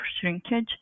shrinkage